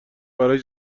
براش